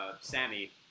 Sammy